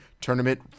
tournament